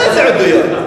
איזה עדויות?